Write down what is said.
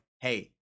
hey